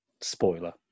spoiler